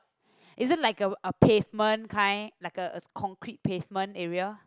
is it like a a pavement kind like a concrete pavement area